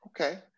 Okay